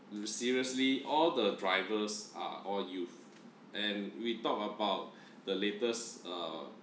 you seriously all the drivers are all youth and we talked about the latest err